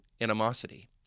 animosity